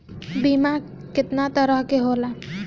बीमा केतना तरह के होला?